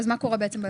אז מה קורה בעצם מאז?